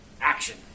action